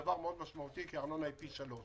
זה דבר מאוד משמעותי כי הארנונה היא פי שלוש.